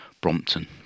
Brompton